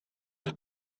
have